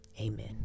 amen